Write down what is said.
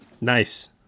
nice